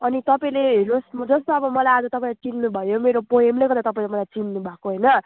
अनि तपाईँले जस्तो अब मलाई आज तपाईँले चिन्नुभयो मेरो पोएमले गर्दा तपाईँले मलाई चिन्नुभएको होइन